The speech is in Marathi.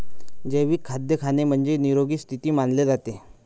जैविक खाद्य खाणे म्हणजे, निरोगी स्थिती मानले जाते